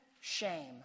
shame